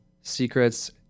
secrets